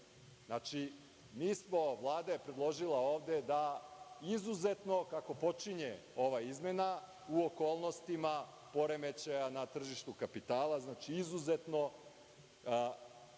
Znači, Vlada je predložila ovde da izuzetno, kako počinje ova izmena, u okolnostima poremećaja na tržištu kapitala, znači izuzetno